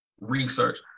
research